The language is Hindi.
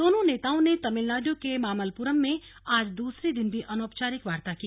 दोनों नेताओं ने तमिलनाडु के मामल्लपुरम में आज दूसरे दिन भी अनौपचारिक वार्ता की